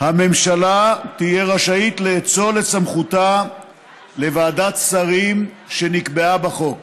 הממשלה תהיה רשאית לאצול את סמכותה לוועדת שרים שנקבעה בחוק.